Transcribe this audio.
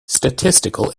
statistical